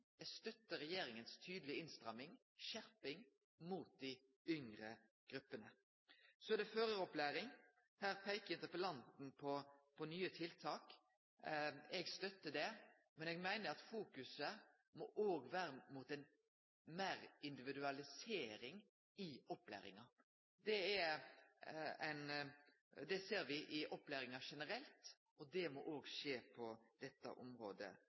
Eg stør regjeringa si tydelege innstramming, skjerping, inn mot dei yngre gruppene. Så er det føraropplæring. Her peikar interpellanten på nye tiltak. Eg stør det, men eg meiner at fokuset òg må vere retta mot ei meir individualisering i opplæringa. Det ser me i opplæringa generelt, og det må òg skje på dette området.